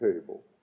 table